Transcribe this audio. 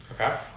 Okay